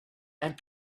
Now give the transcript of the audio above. and